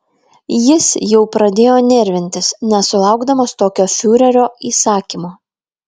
jis jau pradėjo nervintis nesulaukdamas tokio fiurerio įsakymo